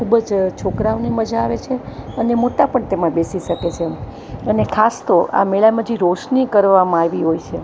ખૂબ જ છોકરાઓને મજા આવે છે અને મોટા પણ તેમાં બેસી શકે છે એમ અને ખાસ તો આ મેળામાં જે રોશની કરવામાં આવી હોય છે